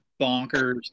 bonkers